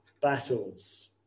battles